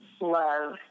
love